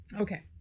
Okay